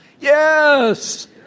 Yes